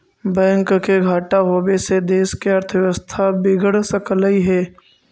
bank के घाटा होबे से देश के अर्थव्यवस्था बिगड़ सकलई हे